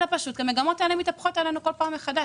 אלא פשוט כי המגמות האלה מתהפכות עלינו כל פעם מחדש.